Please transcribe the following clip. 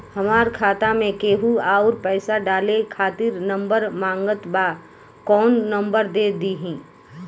हमार खाता मे केहु आउर पैसा डाले खातिर नंबर मांगत् बा कौन नंबर दे दिही?